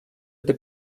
это